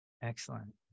Excellent